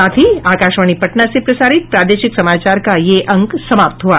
इसके साथ ही आकाशवाणी पटना से प्रसारित प्रादेशिक समाचार का ये अंक समाप्त हुआ